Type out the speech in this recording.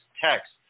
text